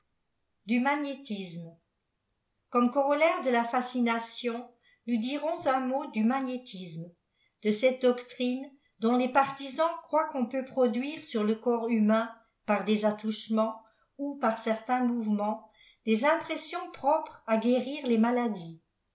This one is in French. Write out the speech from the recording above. du magnétisme comme corollaire de la fascination nous dirons un mot du magnétisme de cette doctrine dont les partisans croient qu'on peut produire sur le corps humain par des attouchements ou par certains mouvements dés impressions propres à guérir les maladies